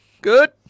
Good